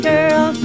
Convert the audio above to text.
Girl